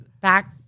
back